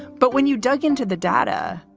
but when you dug into the data,